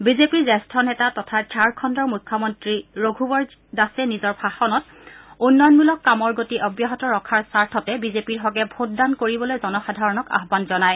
বিজেপিৰ জেষ্ঠ নেতা তথা ঝাৰখণ্ডৰ মুখ্যমন্ত্ৰী ৰঘুৱৰ দাসে নিজৰ ভাষণত উন্নয়ণমূলক কামৰ গতি অব্যাহত ৰখাৰ স্বাৰ্থতে বিজেপিৰ হকে ভোটদান কৰিবলৈ জনসাধাৰণক আহান জনায়